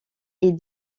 est